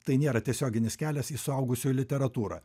tai nėra tiesioginis kelias į suaugusiųjų literatūrą